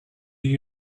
you